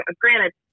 granted